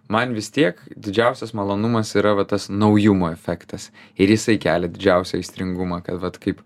man vis tiek didžiausias malonumas yra va tas naujumo efektas ir jisai kelia didžiausią aistringumą kad vat kaip